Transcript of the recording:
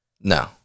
No